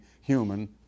human